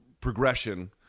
progression